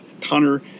Connor